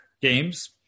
games